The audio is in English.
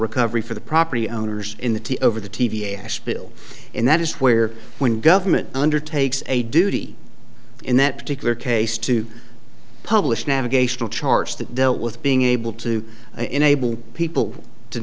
recovery for the property owners in the t over the t v s bill and that is where when government undertakes a duty in that particular case to publish navigational charts that dealt with being able to enable people to